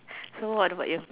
who are the